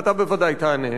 ואתה בוודאי תענה,